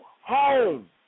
home